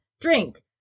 drink